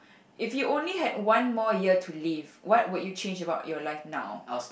if you only had one more year to live what would you change about your life now